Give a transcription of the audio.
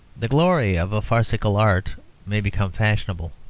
the glory of a farcical art may become fashionable.